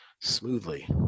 smoothly